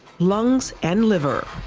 lungs, and liver.